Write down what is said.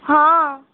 ହଁ